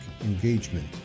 engagement